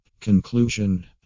Conclusion